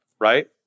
right